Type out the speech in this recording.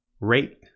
rate